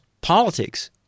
politics